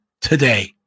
today